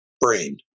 brain